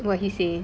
what he say